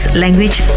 language